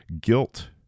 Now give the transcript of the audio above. Guilt